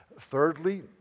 Thirdly